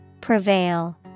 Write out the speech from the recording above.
Prevail